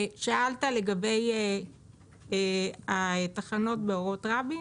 שאלת לגבי התחנות באורות רבין,